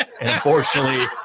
Unfortunately